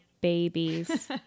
babies